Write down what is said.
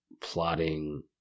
plotting